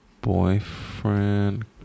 boyfriend